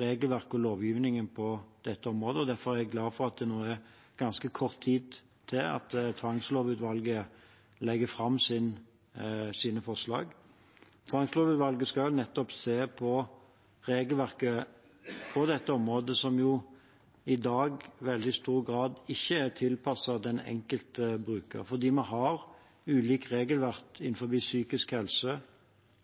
regelverk og lovgivning på dette området. Derfor er jeg glad for at det nå er ganske kort tid til tvangslovutvalget legger fram sine forslag. Tvangslovutvalget skal nettopp se på regelverket på dette området, som jo i dag i veldig stor grad ikke er tilpasset den enkelte bruker, fordi vi har ulikt regelverk innen psykisk helse,